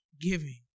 giving